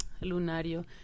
Lunario